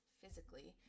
physically